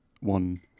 one